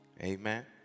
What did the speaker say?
Amen